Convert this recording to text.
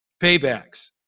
Paybacks